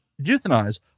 euthanize